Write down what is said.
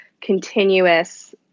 continuous